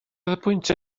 oedd